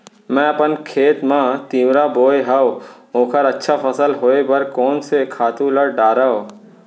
मैं अपन खेत मा तिंवरा बोये हव ओखर अच्छा फसल होये बर कोन से खातू ला डारव?